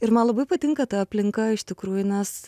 ir man labai patinka ta aplinka iš tikrųjų nes